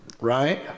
right